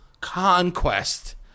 conquest